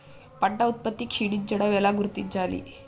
పంట ఉత్పత్తి క్షీణించడం ఎలా గుర్తించాలి?